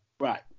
Right